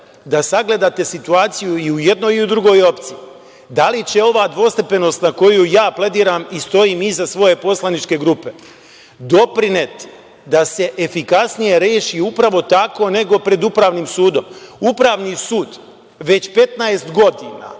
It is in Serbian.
da sagledate situaciju i u jednoj i u drugoj opciji, da li će ova dvostepenost na koju ja plediram i stojim iza svoje poslaničke grupe, doprineti da se efikasnije reši upravo tako, nego pred upravnim sudom? Upravni sud već 15 godina,